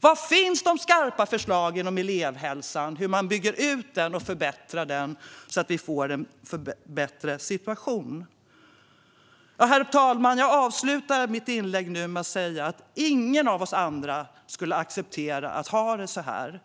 Var finns de skarpa förslagen för hur man bygger ut och förbättrar elevhälsan så att vi får en bättre situation? Herr talman! Jag avslutar mitt inlägg med att säga att ingen av oss andra skulle acceptera att ha det så här.